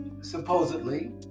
supposedly